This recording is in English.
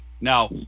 now